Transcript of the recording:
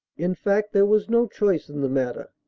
in fact there was no choice in the matter.